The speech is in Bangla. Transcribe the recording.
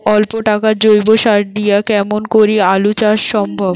অল্প টাকার জৈব সার দিয়া কেমন করি আলু চাষ সম্ভব?